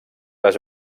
les